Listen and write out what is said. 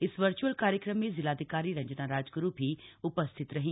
इस वर्चुअल कार्यक्रम में जिलाधिकारी रंजना राजग्रु भी उपस्थित रहीं